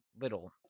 little